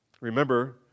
Remember